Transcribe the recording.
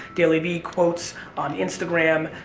daily v quotes on instagram,